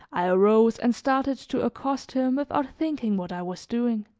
i arose and started to accost him without thinking what i was doing.